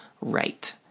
right